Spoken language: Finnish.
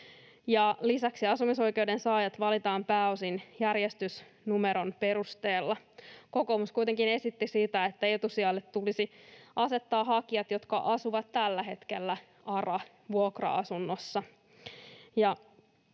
Lisäksi asumisoikeuden saajat valitaan pääosin järjestysnumeron perusteella. Kokoomus kuitenkin esitti siitä, että etusijalle tulisi asettaa hakijat, jotka asuvat tällä hetkellä ARA-vuokra-asunnossa.